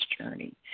journey